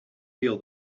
feel